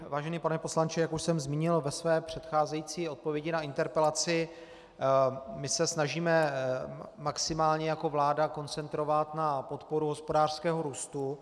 Vážený pane poslanče, jak už jsem zmínil ve své předcházející odpovědi na interpelaci, snažíme se maximálně jako vláda koncentrovat na podporu hospodářského růstu.